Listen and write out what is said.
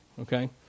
okay